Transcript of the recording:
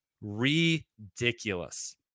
Ridiculous